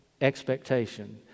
expectation